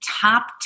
top